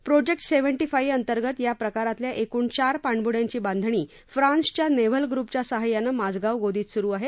project seventy five अंतर्गत या प्रकारातल्या एकूण चार पाणबुड्यांची बांधणी फ्रान्सच्या नेव्हल ग्रुपच्या सहकार्यानं माझगाव गोदीत सुरू आहे